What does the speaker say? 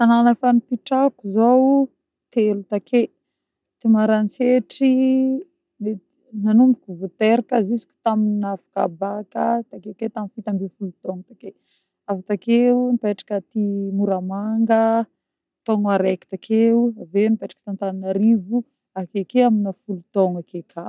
Tanagna efa nipitrahako zô: telo take ty Maroantsetra mety nanomboka vô teraka juska tamin'ny nahafaka Bacc takeke tamin'ny fito ambifôlo taogno take, avy takeo nipetraka ty Moramanga taogno araiky takeo, avy eo nipetraka t'Antananarivo akeke amina folo taogno ake koà.